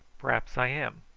p'r'aps i am.